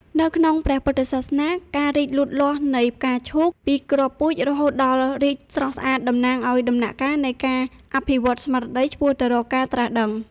នៅក្នុងព្រះពុទ្ធសាសនា ការរីកលូតលាស់នៃផ្កាឈូកពីគ្រាប់ពូជរហូតដល់រីកស្រស់ស្អាតតំណាងឱ្យដំណាក់កាលនៃការអភិវឌ្ឍន៍ស្មារតីឆ្ពោះទៅរកការត្រាស់ដឹង។